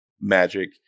magic